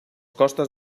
costes